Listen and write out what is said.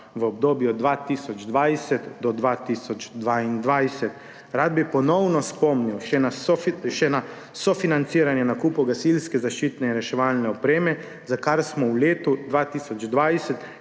v obdobju 2020 do 2022. Rad bi ponovno spomnil še na sofinanciranje nakupov gasilske zaščitne in reševalne opreme, za kar smo v letu 2020